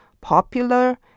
popular